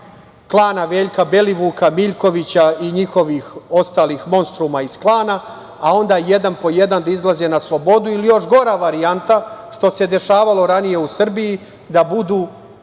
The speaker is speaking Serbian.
klana Veljka Belivuka, Miljkovića i njihovih ostalih monstruma iz klana, a onda jedan po jedan da izlaze na slobodu ili, još gora varijanta, što se dešavalo ranije u Srbiji, da budu